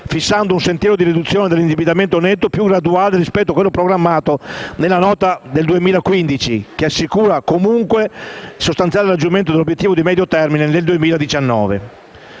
fissando un sentiero di riduzione dell'indebitamento netto più graduale rispetto a quello programmato nella Nota di aggiornamento 2015, che assicura comunque il sostanziale raggiungimento dell'obiettivo di medio termine nel 2019.